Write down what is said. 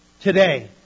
Today